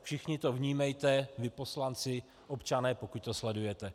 Všichni to vnímejte, vy poslanci, občané, pokud to sledujete.